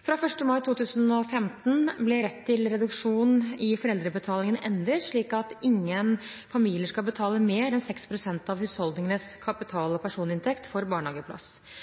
Fra 1. mai 2015 ble rett til reduksjon i foreldrebetalingen endret, slik at ingen familier skal betale mer enn 6 pst. av